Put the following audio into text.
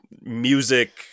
music